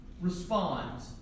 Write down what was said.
responds